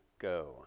go